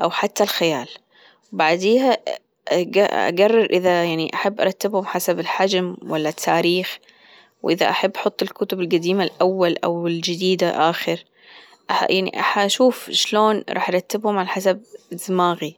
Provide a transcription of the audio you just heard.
أو حتى الخيال بعديها أجرر إذا يعني أحب أرتبهم حسب الحجم ولا التاريخ وإذا أحب أحط الكتب الجديمة الأول او الجديدة آخر يعني هأشوف شلون راح أرتبهم على حسب دماغي.